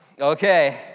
Okay